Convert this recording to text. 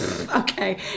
Okay